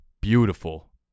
Beautiful